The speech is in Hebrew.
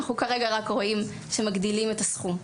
אנחנו כרגע רק רואים שמגדילים את הסכום.